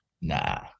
Nah